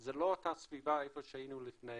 זה לא אותה סביבה איפה שהיינו לפני